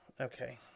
Okay